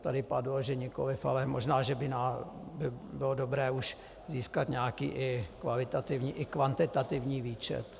Tady padlo, že nikoliv, ale možná že by bylo dobré už získat nějaký i kvalitativní i kvantitativní výčet.